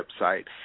website